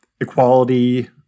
equality